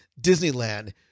Disneyland